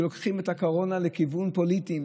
שלוקחים את הקורונה לכיוון פוליטי.